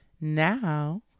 Now